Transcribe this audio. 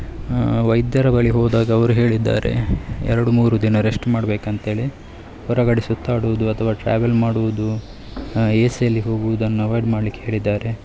ವೈದ್ಯರ ಬಳಿ ಹೋದಾಗ ಅವ್ರು ಹೇಳಿದ್ದಾರೆ ಎರಡು ಮೂರು ದಿನ ರೆಸ್ಟ್ ಮಾಡ್ಬೇಕಂತೇಳಿ ಹೊರಗಡೆ ಸುತ್ತಾಡೋದು ಅಥವ ಟ್ರಾವೆಲ್ ಮಾಡುವುದು ಏ ಸಿಯಲ್ಲಿ ಹೋಗೋದನ್ನ ಅವಾಯ್ಡ್ ಮಾಡ್ಲಿಕ್ಕೆ ಹೇಳಿದ್ದಾರೆ